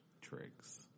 tricks